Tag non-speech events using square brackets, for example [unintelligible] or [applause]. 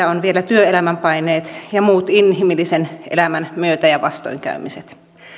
[unintelligible] on vielä työelämän paineet ja muut inhimillisen elämän myötä ja vastoinkäymiset